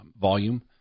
volume